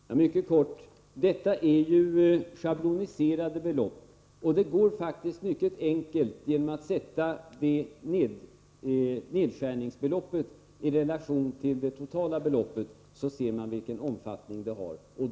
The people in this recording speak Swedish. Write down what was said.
Herr talman! Mycket kort. Detta är ju schabloniserade belopp. Det går faktiskt mycket enkelt — genom att sätta nedskärningsbeloppet i relation till det totala beloppet — att se vilken omfattning de lärarlösa lektionerna har.